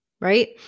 right